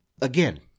again